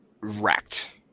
wrecked